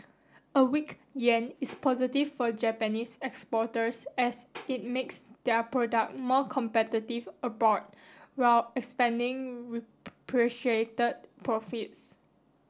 a weak yen is positive for Japanese exporters as it makes their product more competitive abroad while expanding profits